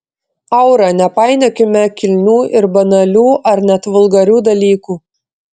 aura nepainiokime kilnių ir banalių ar net vulgarių dalykų